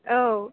औ